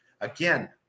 Again